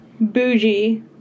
bougie